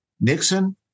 Nixon